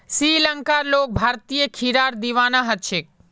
श्रीलंकार लोग भारतीय खीरार दीवाना ह छेक